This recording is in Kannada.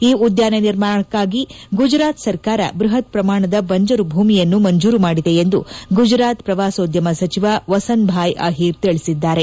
ಈ ಉದ್ಘಾನ ನಿರ್ಮಾಣಕ್ಕಾಗಿ ಗುಜರಾತ್ ಸರ್ಕಾರ ಬೃಹತ್ ಪ್ರಮಾಣದ ಬಂಜರು ಭೂಮಿಯನ್ನು ಮಂಜೂರು ಮಾಡಿದೆ ಎಂದು ಗುಜರಾತ್ ಪ್ರವಾಸೋದ್ಯಮ ಸಚಿವ ವಸನ್ ಬಾಯ್ ಅಹಿರ್ ತಿಳಿಸಿದ್ದಾರೆ